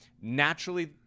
naturally